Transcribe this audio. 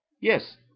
yes